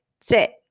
sit